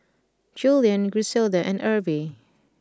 Julien Griselda and Erby